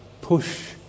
push